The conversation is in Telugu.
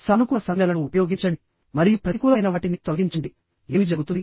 సానుకూల సంజ్ఞలను ఉపయోగించండి మరియు ప్రతికూలమైన వాటిని తొలగించండిఏమి జరుగుతుంది